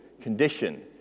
condition